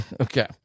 okay